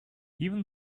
even